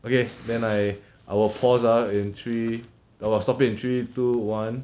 okay then I I will pause ah in three I will stop it in three two one